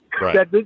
Right